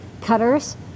cutters